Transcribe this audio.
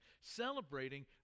Celebrating